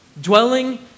Dwelling